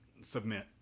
submit